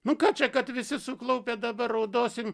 nu ką čia kad visi suklaupę dabar raudosim